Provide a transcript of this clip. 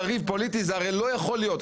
זה הרי לא יכול להיות.